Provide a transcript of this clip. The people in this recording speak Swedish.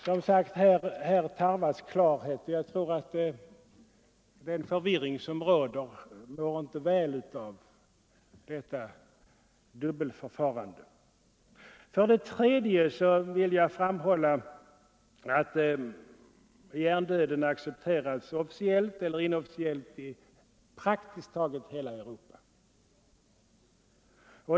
Här tarvas som sagt klarhet, och jag tror att allt dubbelförfarande bidrar till förvirring. Slutligen vill jag framhålla att hjärndöden accepteras officiellt eller inofficiellt i praktiskt taget hela Europa.